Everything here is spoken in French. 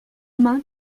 main